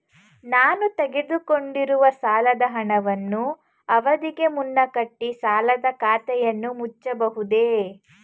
ನಾನು ತೆಗೆದುಕೊಂಡಿರುವ ಸಾಲದ ಹಣವನ್ನು ಅವಧಿಗೆ ಮುನ್ನ ಕಟ್ಟಿ ಸಾಲದ ಖಾತೆಯನ್ನು ಮುಚ್ಚಬಹುದೇ?